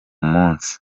munsi